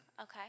Okay